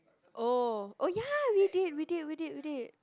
oh oh ya we did we did we did we did